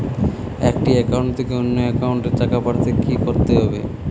একটি একাউন্ট থেকে অন্য একাউন্টে টাকা পাঠাতে কি করতে হবে?